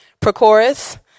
Prochorus